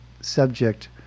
subject